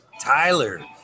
Tyler